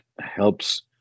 helps